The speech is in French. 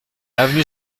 avenue